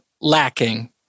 lacking